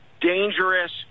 dangerous